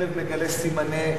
כמה זמן,